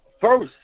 first